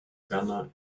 werner